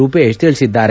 ರೂಪೇಶ್ ತಿಳಿಸಿದ್ದಾರೆ